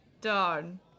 darn